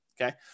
okay